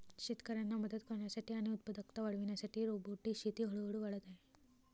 शेतकऱ्यांना मदत करण्यासाठी आणि उत्पादकता वाढविण्यासाठी रोबोटिक शेती हळूहळू वाढत आहे